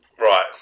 right